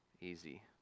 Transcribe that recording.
easy